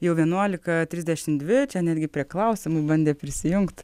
jau vienuolika trisdešim dvi čia netgi prie klausimų bandė prisijungt